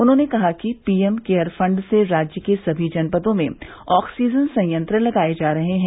उन्होंने कहा कि पीएम केयर फण्ड से राज्य के सभी जनपदों में ऑक्सीजन संयंत्र लगाये जा रहे हैं